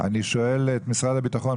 אני שואל את משרד הביטחון.